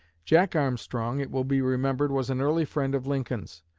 jack armstrong, it will be remembered, was an early friend of lincoln's,